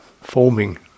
forming